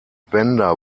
bender